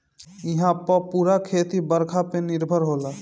इहां पअ पूरा खेती बरखा पे निर्भर होला